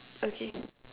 okay